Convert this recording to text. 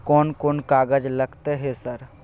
कोन कौन कागज लगतै है सर?